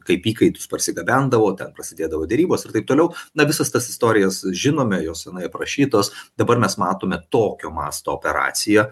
kaip įkaitus parsigabendavo ten prasidėdavo derybos ir taip toliau na visas tas istorijas žinome jos seniai aprašytos dabar mes matome tokio masto operaciją